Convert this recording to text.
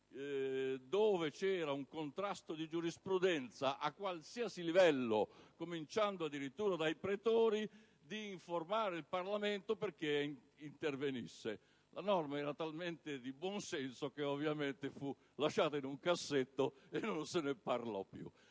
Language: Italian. vi fosse un contrasto di giurisprudenza a qualsiasi livello (a iniziare dai pretori), di informare il Parlamento affinché intervenisse. La norma era talmente di buon senso che ovviamente fu lasciata in un cassetto, e non se ne parlò più.